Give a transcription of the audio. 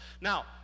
Now